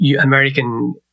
American